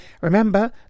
Remember